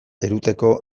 eramateko